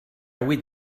huit